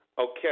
Okay